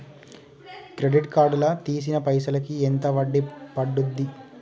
Credit card లా తీసిన పైసల్ కి ఎంత వడ్డీ పండుద్ధి?